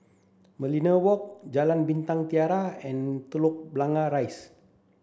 Merlion Walk Jalan Bintang Tiga and Telok Blangah Rise